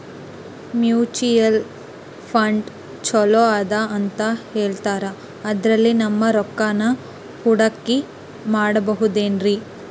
Mutual fund ಛಲೋ ಅದಾ ಅಂತಾ ಹೇಳ್ತಾರ ಅದ್ರಲ್ಲಿ ನಮ್ ರೊಕ್ಕನಾ ಹೂಡಕಿ ಮಾಡಬೋದೇನ್ರಿ?